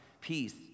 peace